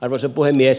arvoisa puhemies